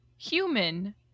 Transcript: Human